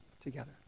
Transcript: together